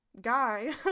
guy